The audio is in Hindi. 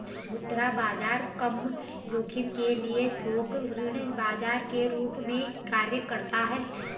मुद्रा बाजार कम जोखिम के लिए थोक ऋण बाजार के रूप में कार्य करता हैं